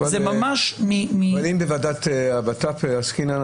זה ממש --- אבל אם בוועדת הבט"פ עסקינן,